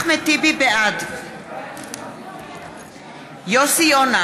בעד יוסי יונה,